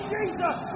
Jesus